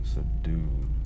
Subdued